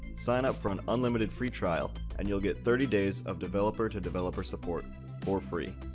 sign up for an unlimited free trial and you'll get thirty days of developer-to-developer support for free.